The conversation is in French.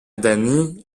danny